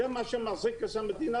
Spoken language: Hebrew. זה מה שמחזיק את המדינה,